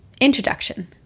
introduction